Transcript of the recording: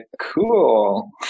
cool